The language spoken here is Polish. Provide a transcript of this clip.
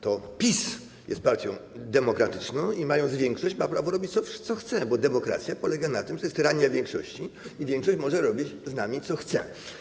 To PiS jest partią demokratyczną i mając większość, ma prawo robić, co chce, bo demokracja polega na tym, że to jest tyrania większości i większość może robić z nami, co chce.